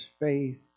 faith